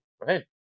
right